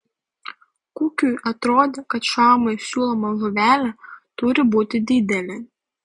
kukiui atrodė kad šamui siūloma žuvelė turi būti didelė